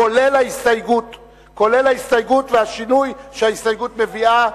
כולל ההסתייגות והשינוי שההסתייגות מביאה.